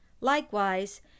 Likewise